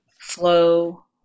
flow